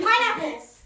Pineapples